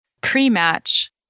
pre-match